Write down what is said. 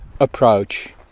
approach